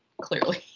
clearly